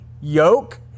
yoke